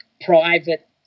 private